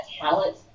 talent